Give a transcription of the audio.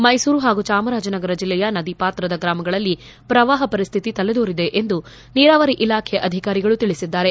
ಮೈಸೂರು ಹಾಗೂ ಚಾಮರಾಜನಗರ ಜಿಲ್ಲೆಯ ನದಿ ಪಾತ್ರದ ಗ್ರಾಮಗಳಲ್ಲಿ ಪ್ರವಾಪ ಪರಿಸ್ತಿತಿ ತಲೆದೋರಿದೆ ಎಂದು ನೀರಾವರಿ ಇಲಾಖೆ ಅಧಿಕಾರಿಗಳು ತಿಳಿಸಿದ್ದಾರೆ